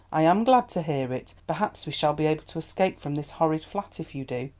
i am glad to hear it perhaps we shall be able to escape from this horrid flat if you do.